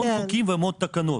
המון חוקים והמון תקנות,